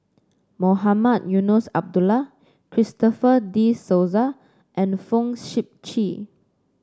Mohamed Eunos Abdullah Christopher De Souza and Fong Sip Chee